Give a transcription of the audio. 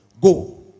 go